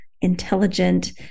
intelligent